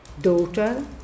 daughter